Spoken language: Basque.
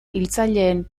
hiltzaileen